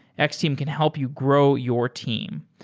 x-team can help you grow your team.